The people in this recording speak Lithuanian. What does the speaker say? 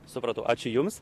supratau ačiū jums